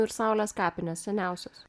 ir saulės kapinės seniausios